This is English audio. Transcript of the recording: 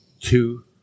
Two